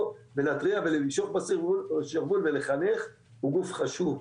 ולהתריע ולמשוך בשרוול ולחנך הוא גוף חשוב,